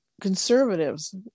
Conservatives